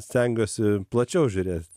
stengiuosi plačiau žiūrėt